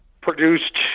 produced